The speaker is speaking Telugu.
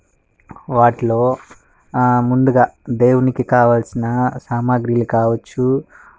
వాటిలో ముందుగా దేవునికి కావాల్సిన సామాగ్రీలు కావచ్చు